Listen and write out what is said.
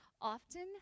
often